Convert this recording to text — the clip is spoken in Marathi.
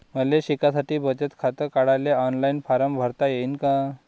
मले शिकासाठी बचत खात काढाले ऑनलाईन फारम भरता येईन का?